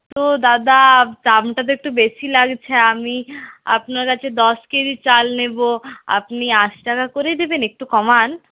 তো দাদা দামটা তো একটু বেশি লাগছে আমি আপনার কাছে দশ কেজি চাল নেবো আপনি আশি টাকা করেই দেবেন একটু কমান